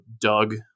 Doug